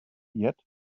yet